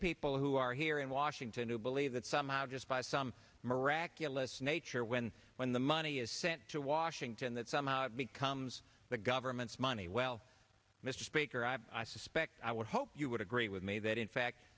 people who are here in washington who believe that somehow just by some miraculous nature when when the money is sent to washington that somehow becomes the government's money well mr speaker i suspect i would hope you would agree with me that in fact